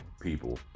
people